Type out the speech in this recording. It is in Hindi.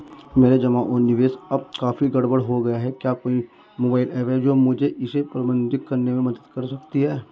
मेरे जमा और निवेश अब काफी गड़बड़ हो गए हैं क्या कोई मोबाइल ऐप है जो मुझे इसे प्रबंधित करने में मदद कर सकती है?